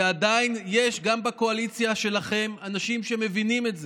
ועדיין יש גם בקואליציה שלכם אנשים שמבינים את זה.